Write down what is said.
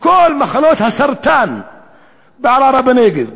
וכל מחלות הסרטן בערערה-בנגב,